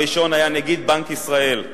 הראשון היה נגיד בנק ישראל,